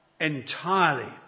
entirely